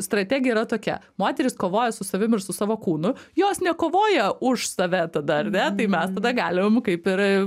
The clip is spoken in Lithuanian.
strategija yra tokia moterys kovoja su savim ir su savo kūnu jos nekovoja už save darbe tai mes tada galim kaip ir